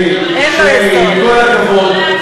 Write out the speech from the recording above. שלי, עם כל הכבוד,